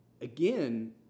again